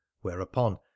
whereupon